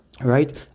right